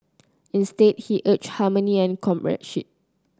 instead he urged harmony and comradeship